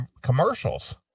commercials